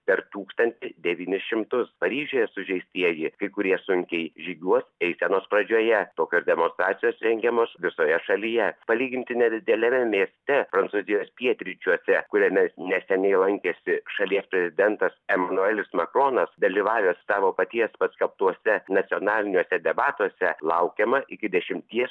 per tūkstantis devynis šimtus paryžiuje sužeistieji kai kurie sunkiai žygiuos eisenos pradžioje tokios demonstracijos rengiamos visoje šalyje palyginti nedideliame mieste prancūzijos pietryčiuose kuriame neseniai lankėsi šalies prezidentas emanuelis makronas dalyvavęs savo paties paskelbtuose nacionaliniuose debatuose laukiama iki dešimties